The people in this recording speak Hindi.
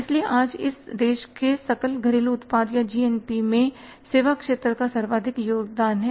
इसलिए आज इस देश के सकल घरेलू उत्पाद या जीएनपी में सेवा क्षेत्र का सर्वाधिक योगदान है